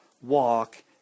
walk